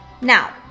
Now